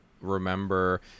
remember –